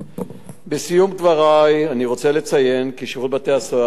בסיום דברי אני רוצה לציין כי שירות בתי-הסוהר עושה רבות